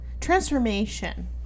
transformation